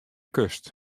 kust